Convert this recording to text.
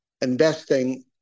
investing